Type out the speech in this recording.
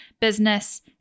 business